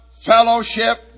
fellowship